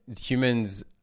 humans